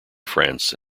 france